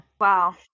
Wow